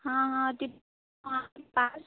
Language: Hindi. हाँ